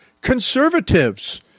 conservatives